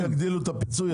אם יגדילו את הפיצוי,